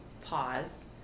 pause